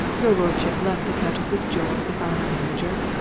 your lordship left the countess's jewels with our manager?